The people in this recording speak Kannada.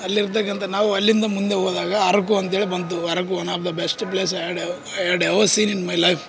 ಅಲ್ಲಿರ್ತಕ್ಕಂಥ ನಾವು ಅಲ್ಲಿಂದ ಮುಂದೆ ಹೋದಾಗ ಆರಕು ಅಂತೇಳಿ ಬಂತು Araku one of the best place and I had have never seen in my life